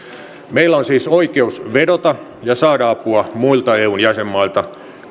meillä on siis oikeus vedota ja saada apua muilta eun jäsenmailta